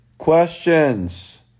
questions